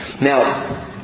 Now